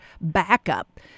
backup